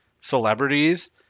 celebrities